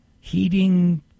heating